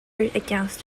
against